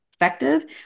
effective